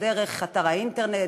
דרך אתר האינטרנט,